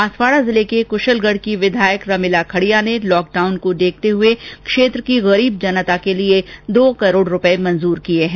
बांसवाड़ा जिले के कुशलगढ की विधायक रमिला खडिया ने लॉक डाउन को देखते हुए क्षेत्र की गरीब जनता के लिए दो करोड रूपये स्वीकृत किए हैं